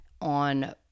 on